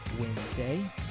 Wednesday